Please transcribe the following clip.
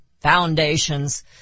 foundations